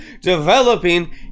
developing